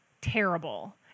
terrible